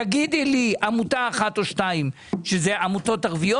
תגידי לי שם של עמותה אחת או שתיים שהן עמותות ערביות.